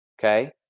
Okay